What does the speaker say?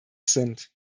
sind